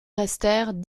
restèrent